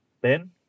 Ben